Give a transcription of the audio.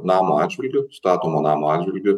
namo atžvilgiu statomo namo atžvilgiu